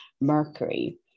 Mercury